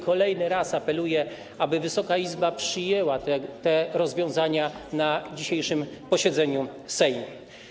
Kolejny raz apeluję, aby Wysoka Izba przyjęła te rozwiązania na dzisiejszym posiedzeniu Sejmu.